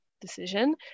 decision